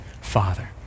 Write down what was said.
Father